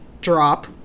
drop